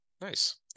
nice